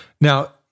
Now